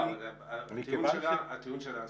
הטיעון שלה,